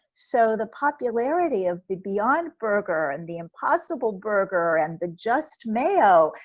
so the popularity of the beyond burger and the impossible burger and the just mayo,